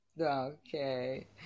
Okay